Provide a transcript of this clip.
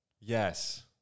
Yes